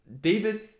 David